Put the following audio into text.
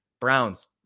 Browns